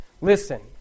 listen